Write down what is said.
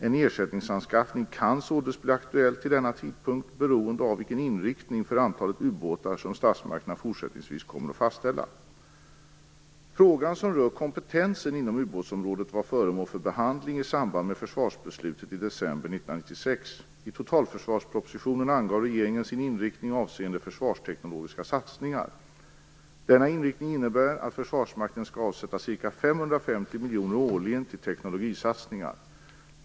En ersättningsanskaffning kan således bli aktuell till denna tidpunkt - beroende av vilken inriktning för antalet ubåtar som statsmakterna fortsättningsvis kommer att fastställa. Frågan som rör kompetensen inom ubåtsområdet var föremål för behandling i samband med försvarsbeslutet i december 1996. I totalförsvarspropositionen angav regeringen sin inriktning avseende försvarsteknologiska satsningar. Denna inriktning innebär att Försvarsmakten skall avsätta ca 550 miljoner årligen till teknologisatsningar.